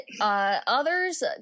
others